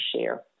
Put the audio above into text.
share